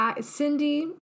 Cindy